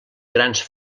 grans